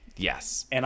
Yes